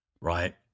right